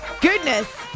Goodness